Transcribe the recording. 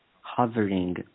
hovering